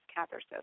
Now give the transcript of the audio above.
catharsis